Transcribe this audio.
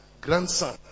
grandson